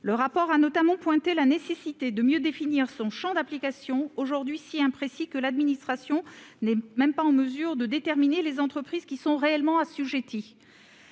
Il a notamment pointé la nécessité de mieux définir son champ d'application, aujourd'hui si imprécis que l'administration n'est même pas en mesure de déterminer les entreprises qui y sont réellement assujetties.